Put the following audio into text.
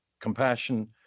compassion